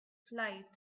flight